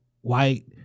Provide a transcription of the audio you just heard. white